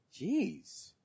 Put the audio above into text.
Jeez